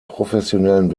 professionellen